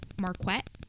Marquette